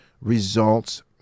results